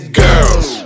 girls